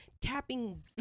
tapping